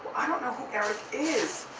i don't know who eric is.